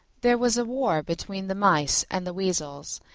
there was war between the mice and the weasels,